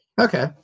Okay